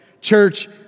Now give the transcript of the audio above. Church